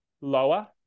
lower